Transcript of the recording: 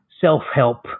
self-help